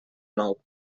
nou